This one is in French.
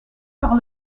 par